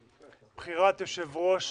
בחירת יושב ראש